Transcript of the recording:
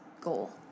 goal